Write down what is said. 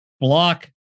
block